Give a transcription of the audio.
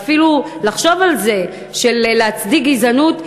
ואפילו לחשוב על זה שלהצדיק גזענות,